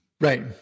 Right